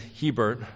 Hebert